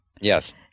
Yes